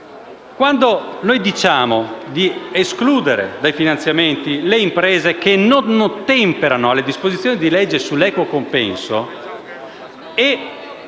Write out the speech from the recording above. Quando diciamo di escludere dai finanziamenti le imprese «che non ottemperano alle disposizioni di legge sull'equo compenso»